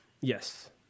Yes